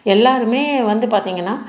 எல்லாருமே வந்து பார்த்திங்கனா